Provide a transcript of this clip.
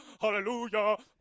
Hallelujah